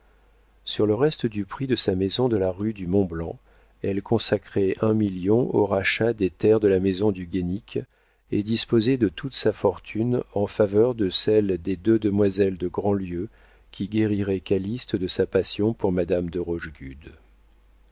sur le reste du prix de sa maison de la rue du mont-blanc elle consacrait un million au rachat des terres de la maison du guénic et disposait de toute sa fortune en faveur de celle des deux demoiselles de grandlieu qui guérirait calyste de sa passion pour madame de